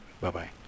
Bye-bye